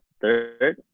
third